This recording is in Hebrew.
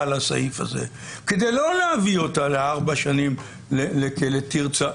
על הסעיף הזה כדי לא להביא אותה לארבע שנים לכלא תרצה.